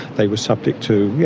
they were subject to, you